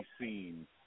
seen